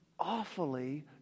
Awfully